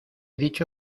dicho